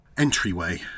entryway